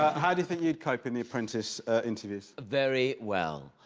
how do you think you'd cope in the apprentice interviews? very well.